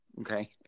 Okay